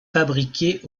fabriquées